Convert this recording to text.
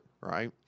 right